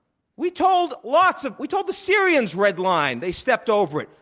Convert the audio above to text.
we told lots of we told the syrians, red line. they stepped over it.